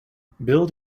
bill